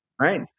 Right